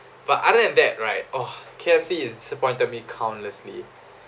but other than that right oh K_F_C has disappointed me countlessly